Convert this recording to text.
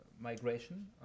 migration